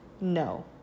no